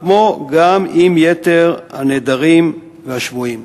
כמו גם של יתר הנעדרים והשבויים.